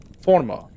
former